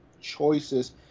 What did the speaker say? choices